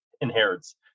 inherits